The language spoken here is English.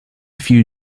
few